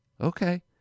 Okay